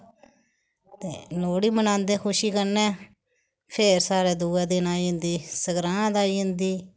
ते लोह्ड़ी बनांदे खुशी कन्नै फिर साढ़े दुए दिन आई जंदी संगरांद आई जंदी